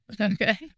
Okay